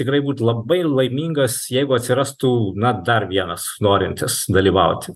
tikrai būtų labai laimingas jeigu atsirastų na dar vienas norintis dalyvauti